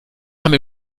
haben